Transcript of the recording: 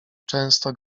często